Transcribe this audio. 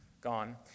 gone